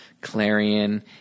Clarion